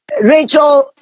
Rachel